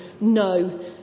no